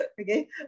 Okay